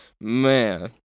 man